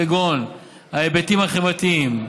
כגון ההיבטים חברתיים,